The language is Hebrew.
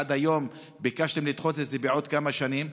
עד היום ביקשתם לדחות את זה בעוד כמה שנים.